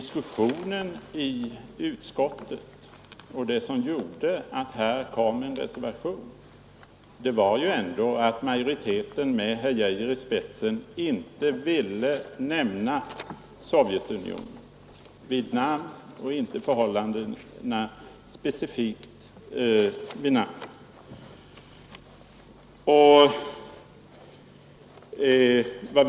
Anledningen till att det blev en reservation i utskottsbetänkandet var ju ändå att majoriteten i utskottet med herr Geijer i spetsen inte ville nämna Sovjetunionen vid namn och peka på de specifika förhållandena där.